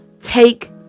Take